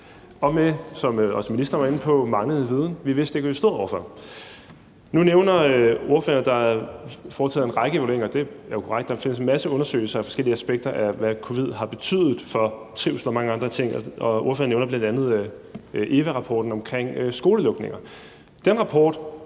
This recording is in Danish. og med, som ministeren også var inde på, manglende viden. Vi vidste ikke, hvad vi stod over for. Nu nævner ordføreren, at der er foretaget en række vurderinger, og det er jo korrekt. Der findes en masse undersøgelser af forskellige aspekter af, hvad covid har betydet for trivsel og mange andre ting. Ordføreren nævner bl.a. EVA-rapporten om skolenedlukninger.